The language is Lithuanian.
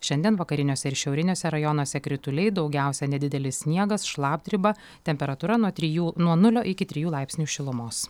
šiandien vakariniuose ir šiauriniuose rajonuose krituliai daugiausia nedidelis sniegas šlapdriba temperatūra nuo trijų nuo nulio iki trijų laipsnių šilumos